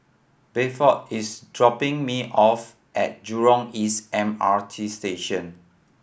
Bedford is dropping me off at Jurong East M R T Station